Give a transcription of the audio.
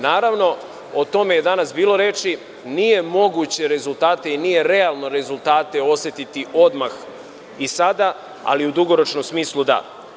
Naravno, o tome je danas bilo reči, nije moguće i nije realno rezultate osetiti odmah i sada, ali u dugorčnom smislu da.